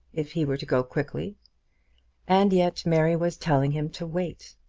if he were to go quickly and yet mary was telling him to wait!